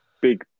big